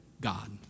God